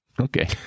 Okay